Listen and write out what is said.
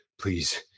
please